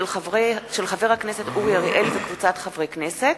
של חבר הכנסת אורי אריאל וקבוצת חברי הכנסת.